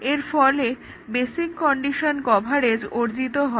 এর ফলে basic condition coverage অর্জিত হয়